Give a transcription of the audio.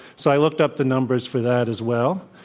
so i looked up the numbers for that as well.